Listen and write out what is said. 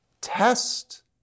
Test